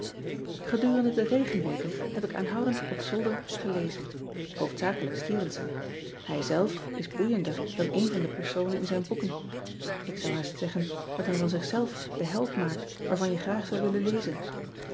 edurende de regenweken heb ik aanhoudend op zolder gelezen oofdzakelijk tevenson ij zelf is boeiender dan een van de personen in zijn boeken k zou haast zeggen dat hij van zich zelf den held maakt waarvan je graag zou willen lezen